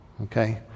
Okay